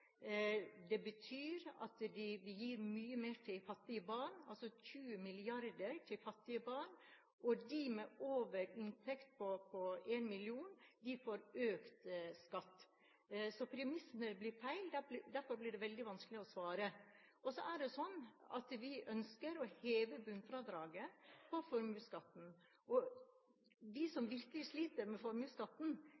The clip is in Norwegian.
Det betyr at vi gir mye mer til fattige barn – 20 mrd. kr til fattige barn – og de med inntekt på over 1 mill. kr, får økt skatt. Premissene blir feil, og derfor blir det veldig vanskelig å svare. Så ønsker vi å heve bunnfradraget på formuesskatten. De som